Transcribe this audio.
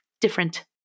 different